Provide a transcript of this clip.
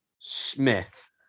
Smith